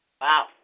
Wow